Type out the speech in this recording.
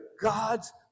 God's